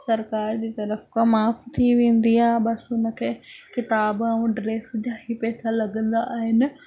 सरकारि जी तर्फ़ खां माफ़ थी वेंदी आहे बसि हुनखे किताब ऐं ड्रेस जा ई पैसा लॻंदा आहिनि